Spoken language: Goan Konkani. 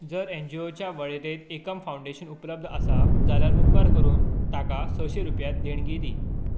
जर एन जी ओ च्या वळेरेंत एकम फाउंडेशन उपलब्ध आसा जाल्यार उपकार करून ताका सैशें रुपया देणगी दी